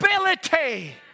ability